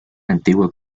antigua